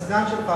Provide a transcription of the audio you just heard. הסגן שלך,